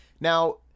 Now